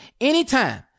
anytime